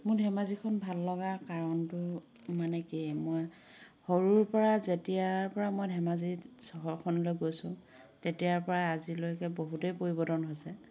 মোৰ ধেমাজিখন ভাল লগা কাৰণটো মানে কি মই সৰুৰ পৰা যেতিয়াৰ পৰা মই ধেমাজি চহৰখনলৈ গৈছোঁ তেতিয়াৰ পৰা আজিলৈকে বহুতেই পৰিৱৰ্তন হৈছে